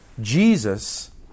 Jesus